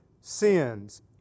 sins